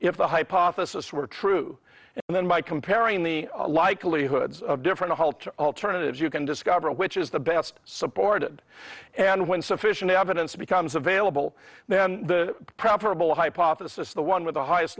if the hypothesis were true and then by comparing the likelihood of different culture alternatives you can discover which is the best supported and when sufficient evidence becomes available then the profitable hypothesis the one with the highest